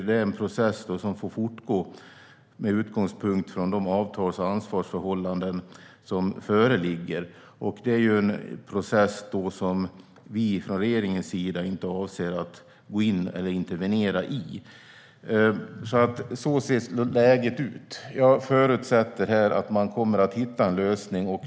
Det är en process som får fortgå med utgångspunkt från de avtals och ansvarsförhållanden som föreligger. Det är en process som vi från regeringens sida inte avser att intervenera i. Så ser läget ut. Jag förutsätter att man kommer att hitta en lösning.